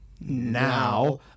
now